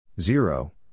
Zero